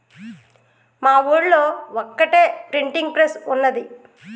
మా ఊళ్లో ఒక్కటే ప్రింటింగ్ ప్రెస్ ఉన్నది